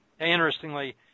interestingly